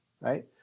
right